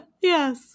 Yes